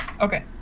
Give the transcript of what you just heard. okay